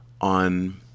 on